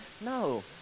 No